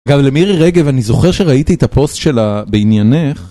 אגב למירי רגב אני זוכר שראיתי את הפוסט שלה בעניינך.